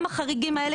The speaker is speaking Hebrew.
גם החריגים האלה,